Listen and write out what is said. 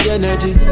energy